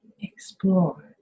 explore